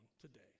today